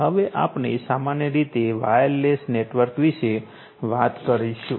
હવે આપણે સામાન્ય રીતે વાયરલેસ નેટવર્ક વિશે વાત કરીશું